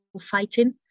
fighting